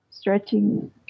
stretching